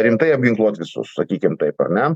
rimtai apginkluot visus sakykim taip ar ne